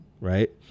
right